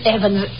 Evans